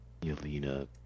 Yelena